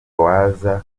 waza